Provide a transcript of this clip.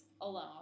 alone